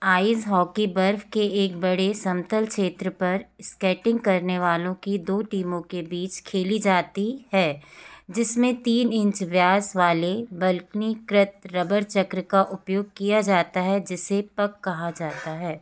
eyes hockey बर्फ के एक बड़े समतल क्षेत्र पर स्केटिंग करने वालों की दो टीमों के बीच खेली जाती है जिसमें तीन इंच व्यास वाले बल्कनीकृत रबर चक्र का उपयोग किया जाता है जिसे पक कहा जाता है